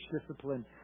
discipline